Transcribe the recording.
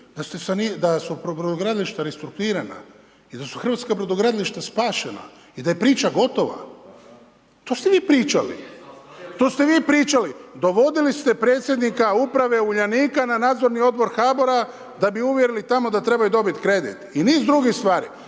da su brodogradilišta restruktuirana i da su hrvatska brodogradilišta spašena i da je priča gotova. To ste vi pričali. .../Upadica: ne čuje se./... To ste vi pričali. Dovodili ste predsjednika uprave Uljanika na nadzorni odbor HBOR-a, da bi uvjerili tamo da trebaju dobit kredit i niz drugih stvari.